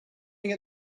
look